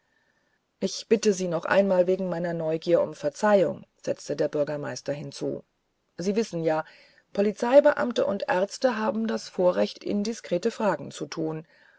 ich bitte sie noch einmal wegen meiner neugier um verzeihung setzte der bürgermeister hinzu sie wissen ja polizeibeamte und ärzte haben das vorrecht indiskrete fragen zu tun